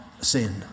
sin